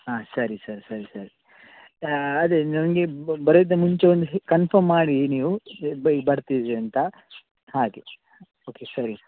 ಹಾಂ ಸರಿ ಸರ್ ಸರಿ ಸರ್ ಅದೆ ನಮಗೆ ಬರೋಕಿಂತ ಮುಂಚೆ ಒಂದು ಕನ್ಫರ್ಮ್ ಮಾಡಿ ನೀವು ಬರ್ತೀವಿ ಅಂತ ಹಾಗೆ ಓಕೆ ಸರಿ